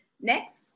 Next